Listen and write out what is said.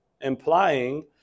implying